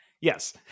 Yes